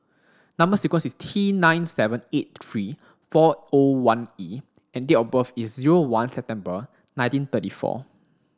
number sequence is T nine seven eight three four O one E and date of birth is zero one September nineteen thirty four